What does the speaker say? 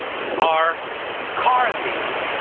are carving,